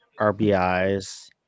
rbis